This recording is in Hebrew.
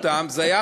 שצירפנו,